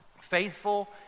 Faithful